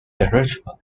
arrangement